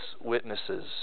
witnesses